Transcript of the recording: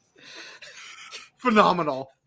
Phenomenal